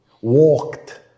walked